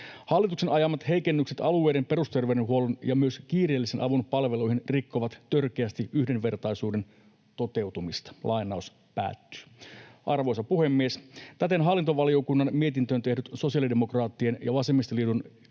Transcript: Hallituksen ajamat heikennykset alueiden perusterveydenhuollon ja myös kiireellisen avun palveluihin rikkovat törkeästi yhdenvertaisuuden toteutumista.” Arvoisa puhemies! Täten hallintovaliokunnan mietintöön tehty sosiaalidemokraattien ja vasemmistoliiton